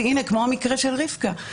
כמו המקרה של רבקה,